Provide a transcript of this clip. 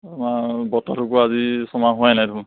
আমাৰ বৰতা ঢুকোৱা আজি ছমাহ হোৱাই নাই দেখোন